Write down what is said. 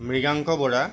Mriganka Bora